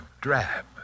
drab